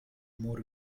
more